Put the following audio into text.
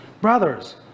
brothers